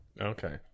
Okay